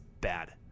bad